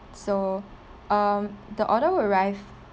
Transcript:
so um the order will arrive